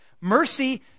Mercy